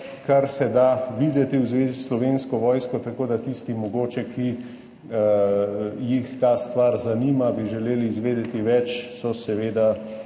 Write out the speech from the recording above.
kar se da videti v zvezi s Slovensko vojsko. Tisti, ki jih mogoče ta stvar zanima in bi želeli izvedeti več, so seveda